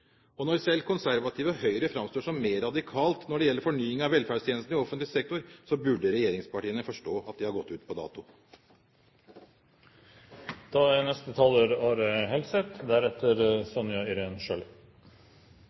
løsninger. Når selv konservative Høyre framstår som mer radikalt når det gjelder fornying av velferdstjenestene i offentlig sektor, så burde regjeringspartiene forstå at de har gått ut på dato. Det budsjettforslaget vi i dag behandler, blir et godt budsjett for helsearbeidet i Norge neste